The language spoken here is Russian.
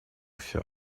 всё